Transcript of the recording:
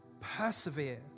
persevere